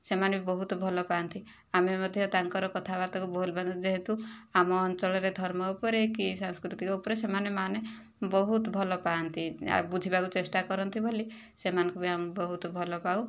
ସେମାନେ ବହୁତ ଭଲ ପାଆନ୍ତି ଆମେ ମଧ୍ୟ ତାଙ୍କର କଥାବାର୍ତ୍ତାକୁ ଯେହେତୁ ଆମ ଅଞ୍ଚଳରେ ଧର୍ମ ଉପରେ କି ସାଂସ୍କୃତିକ ଉପରେ ସେମାନେ ମାନେ ବହୁତ ଭଲ ପାଆନ୍ତି ଆଉ ବୁଝିବାକୁ ଚେଷ୍ଟା କରନ୍ତି ବୋଲି ସେମାନଙ୍କୁ ଆମେ ବହୁତ ଭଲ ପାଉ